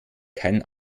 keinen